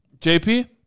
JP